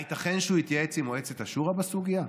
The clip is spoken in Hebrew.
הייתכן שהוא יתייעץ עם מועצת השורא בסוגיה?